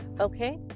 okay